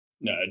No